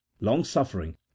long-suffering